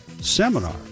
seminar